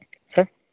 sir